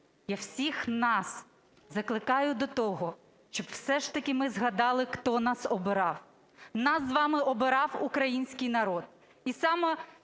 Я всіх нас закликаю до того, щоб все ж таки ми згадали, хто нас обирав. Нас з вами обирав український народ. І саме